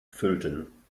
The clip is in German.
füllten